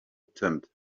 attempt